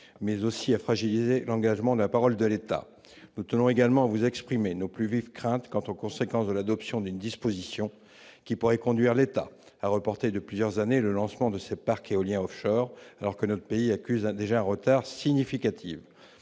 mais aussi à fragiliser l'engagement de la parole de l'État, nous tenons également vous exprimer nos plus vives craintes quant aux conséquences de l'adoption d'une disposition qui pourrait conduire l'État à reporter de plusieurs années, le lancement de ce parc éolien Offshore alors que notre pays accusant déjà un retard significatif,